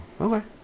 okay